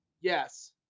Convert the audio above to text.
yes